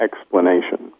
explanation